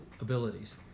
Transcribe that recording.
abilities